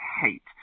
hate